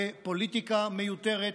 בפוליטיקה מיותרת,